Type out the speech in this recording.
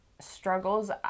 struggles